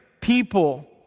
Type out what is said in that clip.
people